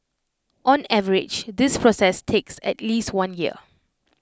on average this process takes at least one year